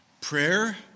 Prayer